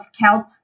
kelp